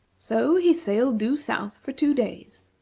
so he sailed due south for two days,